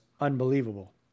unbelievable